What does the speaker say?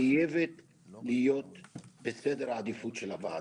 היא חייבת להיות בסדר העדיפות של הוועדה.